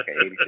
okay